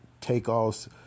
Takeoff's